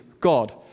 God